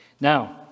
Now